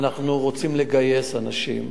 אנחנו רוצים לגייס אנשים.